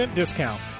discount